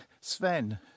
Sven